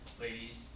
ladies